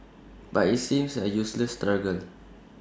but IT seems A useless struggle